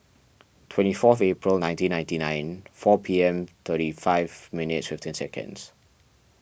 twenty four April nineteen ninety nine four P M thirty five minuets fifteen seconds